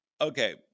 okay